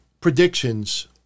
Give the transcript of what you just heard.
predictions